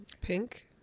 Pink